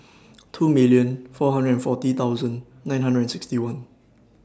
two million four hundred and forty thousand nine hundred and sixty one